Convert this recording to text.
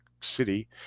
City